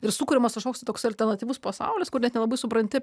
ir sukuriamas kažkoks toks alternatyvus pasaulis kur net nelabai supranti